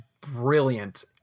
brilliant